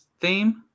theme